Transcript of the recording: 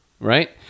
right